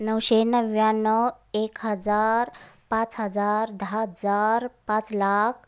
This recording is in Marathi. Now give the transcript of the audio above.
नऊशे नव्याण्णव एक हजार पाच हजार दहा हजार पाच लाख